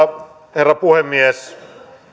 herra puhemies